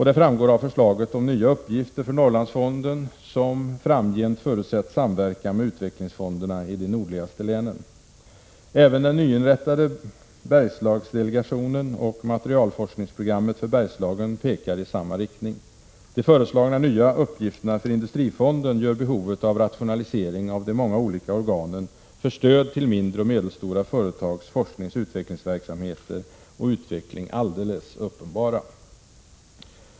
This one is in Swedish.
Det framgår av förslaget om nya uppgifter för Norrlandsfonden, som framgent förutsätts samverka med utvecklingsfonderna i de nordligaste länen. Även den nyinrättade Bergslagsdelegationen och materialforskningsprogrammet för Bergslagen pekar i samma riktning. De föreslagna nya uppgifterna för Industrifonden gör behovet av rationalisering av de många olika organen för stöd till mindre och medelstora företags forskningsoch utvecklingsverksamheter och utveckling alldeles uppenbara.